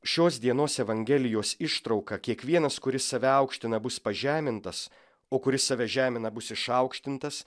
šios dienos evangelijos ištrauka kiekvienas kuris save aukština bus pažemintas o kuris save žemina bus išaukštintas